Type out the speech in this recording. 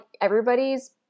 everybody's